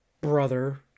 brother